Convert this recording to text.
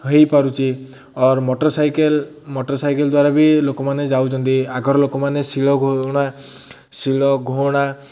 ହେଇପାରୁଛି ଆର୍ motorcycle motorcycle ଦ୍ୱାରା ବି ଲୋକମାନେ ଯାଉଛନ୍ତି ଆଗର ଲୋକମାନେ ଶିଳ ଘୋଉଣା ଶିଳ ଘୋହଣା